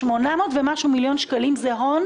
800 ומשהו מיליון שקלים זה המון